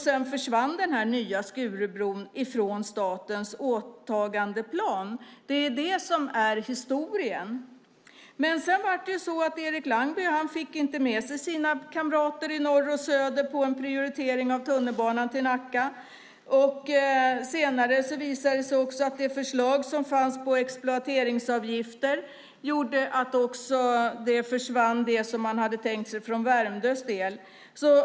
Sedan försvann den nya bron från statens åtagandeplan. Det är historien. Erik Langby fick inte med sig sina kamrater i norr och söder för en prioritering av tunnelbana till Nacka. Senare visade det sig att det förslag som fanns på exploateringsavgifter gjorde att det som man hade tänkt sig för Värmdös del försvann.